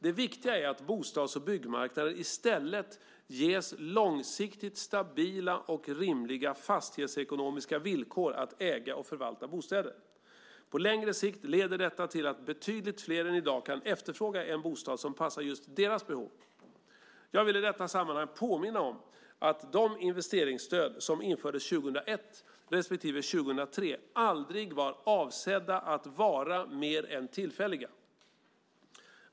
Det viktiga är att bostads och byggmarknaden i stället ges långsiktigt stabila och rimliga fastighetsekonomiska villkor att äga och förvalta bostäder. På längre sikt leder detta till att betydligt flera än i dag kan efterfråga en bostad som passar just deras behov. Jag vill i detta sammanhang påminna om att de investeringsstöd som infördes 2001 respektive 2003 aldrig varit avsedda att vara mer än tillfälliga.